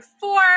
four